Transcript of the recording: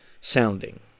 sounding